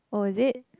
oh is it